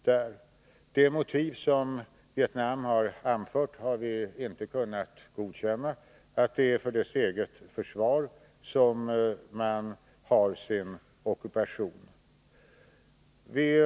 De motiv för denna som Vietnam har anfört, dvs. att det är för sitt eget försvar som landet bedriver sin ockupation, har vi inte kunnat godkänna.